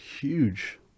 huge